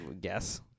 Guess